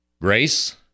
Grace